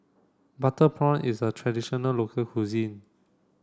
Butter Prawn is a traditional local cuisine